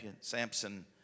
Samson